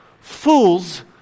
Fools